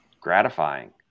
gratifying